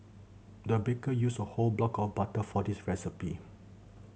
the baker used a whole block of butter for this recipe